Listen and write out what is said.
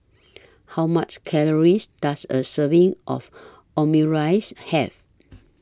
How Many Calories Does A Serving of Omurice Have